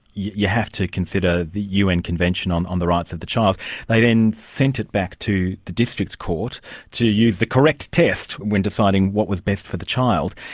you have to consider the un convention on on the rights of the child they then sent it back to the district court to use the correct test when deciding what was best for the child.